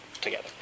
together